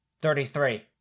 Thirty-three